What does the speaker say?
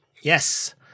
Yes